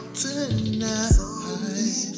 tonight